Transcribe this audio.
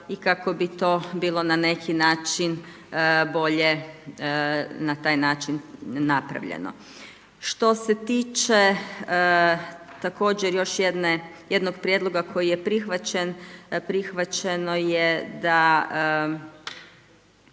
i kako bi to bilo na neki način bolje na taj način napravljeno. Što se tiče također još jednog prijedloga koji je prihvaćen,